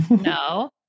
no